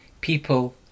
people